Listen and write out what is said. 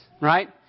right